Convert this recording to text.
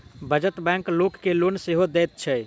बचत बैंक लोक के लोन सेहो दैत छै